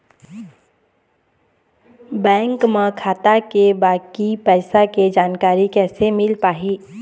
Bank म खाता के बाकी पैसा के जानकारी कैसे मिल पाही?